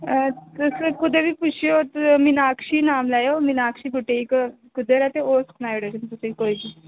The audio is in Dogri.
अ तुस कुदै बी पुच्छेओ ते मीनाक्षी नाम लैएओ मीनाक्षी बुटीक कुद्धर ऐ ते ओह् सनाई उड़ग तुसेंगी कोई बी